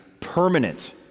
permanent